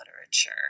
literature